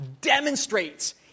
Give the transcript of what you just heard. demonstrates